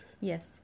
Yes